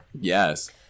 yes